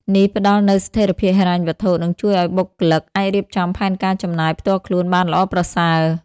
នេះផ្ដល់នូវស្ថិរភាពហិរញ្ញវត្ថុ និងជួយឲ្យបុគ្គលិកអាចរៀបចំផែនការចំណាយផ្ទាល់ខ្លួនបានល្អប្រសើរ។